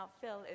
Phil